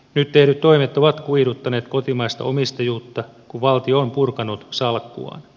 nyt tehdyt toimet ovat kuihduttaneet kotimaista omistajuutta kun valtio on purkanut salkkuaan